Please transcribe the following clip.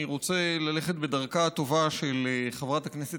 אני רוצה ללכת בדרכה הטובה של חברת הכנסת